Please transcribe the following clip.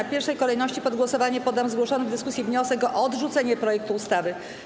W pierwszej kolejności pod głosowanie poddam zgłoszony w dyskusji wniosek o odrzucenie projektu ustawy.